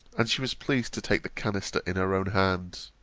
and she was pleased to take the canister in her own hand.